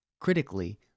Critically